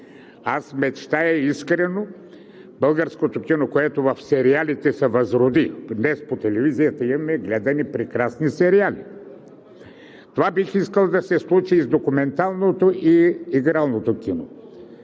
мечтая българското кино, което в сериалите се възроди – днес по телевизията имаме гледани прекрасни сериали – това бих искал да се случи и с документалното, и игралното кино.